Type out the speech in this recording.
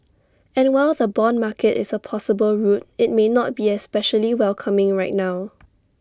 and while the Bond market is A possible route IT may not be especially welcoming right now